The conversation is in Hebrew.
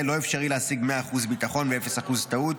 אי-אפשר להשיג 100% ביטחון ו-0% טעות.